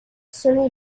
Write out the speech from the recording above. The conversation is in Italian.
sono